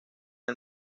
del